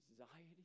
anxiety